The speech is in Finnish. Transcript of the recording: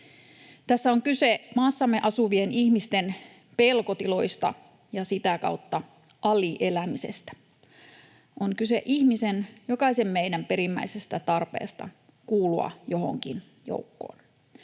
Tässä on kyse maassamme asuvien ihmisten pelkotiloista ja sitä kautta alielämisestä. On kyse ihmisen, jokaisen meidän, perimmäisestä tarpeesta kuulua johonkin joukkoon.